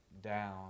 down